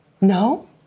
No